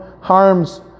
harms